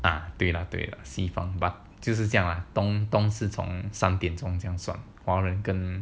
啊对了对了西方 but 就是这样啊东东是从三点是这样算华人跟 angmoh 有点不一样